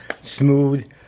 smooth